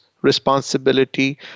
responsibility